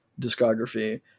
discography